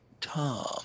Tom